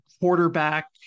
quarterback